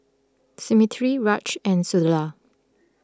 Smriti Raj and Sunderlal